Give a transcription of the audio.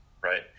right